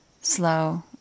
slow